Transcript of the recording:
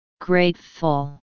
Grateful